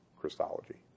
Christology